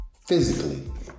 physically